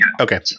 Okay